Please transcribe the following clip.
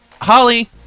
Holly